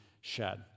shed